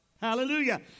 Hallelujah